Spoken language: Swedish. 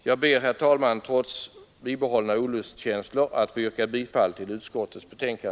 Jag ber, herr talman, trots bibehållna olustkänslor att få yrka bifall till utskottets hemställan.